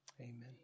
amen